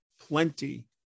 plenty